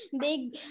big